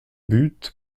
but